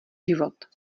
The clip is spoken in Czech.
život